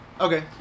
Okay